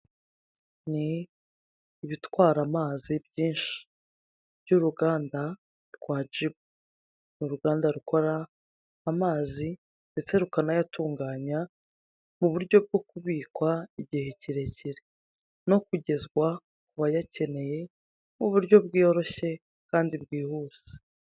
Ni ibitwara amazi byinshi by'uruganda rwa jibu, ni uruganda rukora amazi ndetse rukanayatunganya mu buryo bwo kubikwa igihe kirekire no kugezwa ku bayakeneye muburyo bworoshye kandi bwihuse.